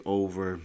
over